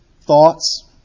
Thoughts